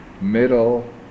middle